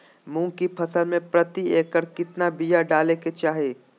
मूंग की फसल में प्रति एकड़ कितना बिया डाले के चाही?